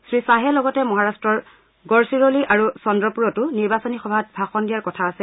শ্ৰীখাহে লগতে মহাৰাট্টৰ গড়চিৰোলি আৰু চন্দ্ৰপুৰতো নিৰ্বাচনী সভাত ভাষণ দিয়াৰ কথা আছে